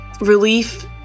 relief